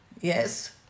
yes